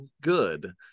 good